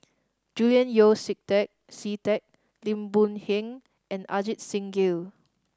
Julian Yeo See Teck See Teck Lim Boon Heng and Ajit Singh Gill